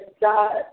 God